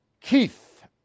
Keith